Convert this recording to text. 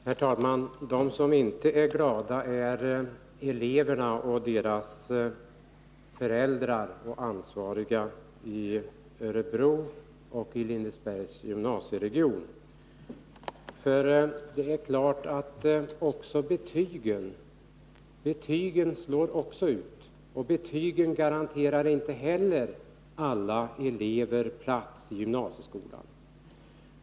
Herr talman! De som inte är glada är eleverna och deras föräldrar samt ansvariga i Örebro och Lindesbergs gymnasieregion. Betygen slår naturligtvis också ut; inte heller betygen garanterar alla elever platsi gymnasieskolan.